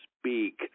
speak